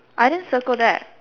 I didn't circle that